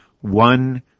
one